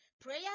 Prayer